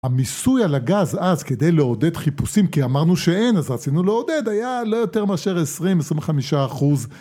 המיסוי על הגז, אז, כדי לעודד חיפושים, כי אמרנו שאין, אז רצינו לעודד, היה לא יותר מאשר 20-25%,